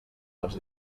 les